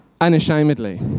Unashamedly